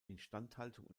instandhaltung